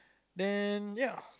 then ya